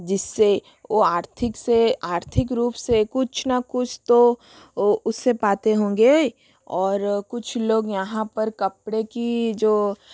जिससे ओ आर्थिक से आर्थिक रूप से कुछ ना कुछ तो उससे पाते होंगे और कुछ लोग यहाँ पर कपड़े का जो